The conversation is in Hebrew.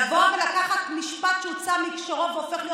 לבוא ולקחת משפט שהוצא מהקשרו והופך להיות